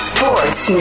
Sports